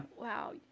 Wow